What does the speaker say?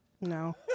No